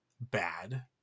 bad